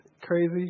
crazy